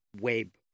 web